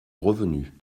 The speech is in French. revenu